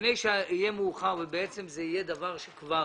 לפני שיהיה מאוחר ובעצם זה יהיה דבר שכבר